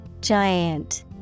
Giant